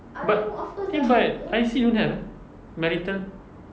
but eh but I_C don't have eh marital